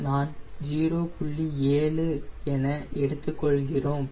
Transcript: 7 என எடுத்துக் கொள்கிறோம்